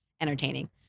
entertaining